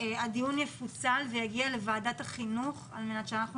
הדיון יפוצל ויגיע לוועדת החינוך על מנת שאנחנו